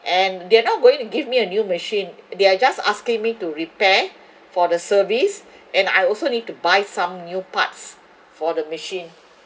and they're not going to give me a new machine they are just asking me to repair for the service and I also need to buy some new parts for the machine